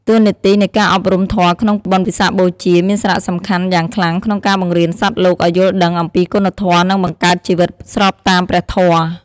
តួនាទីនៃការអប់រំធម៌ក្នុងបុណ្យវិសាខបូជា មានសារៈសំខាន់យ៉ាងខ្លាំងក្នុងការបង្រៀនសត្វលោកឲ្យយល់ដឹងអំពីគុណធម៌ និងបង្កើតជីវិតស្របតាមព្រះធម៌។